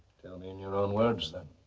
in your own words then.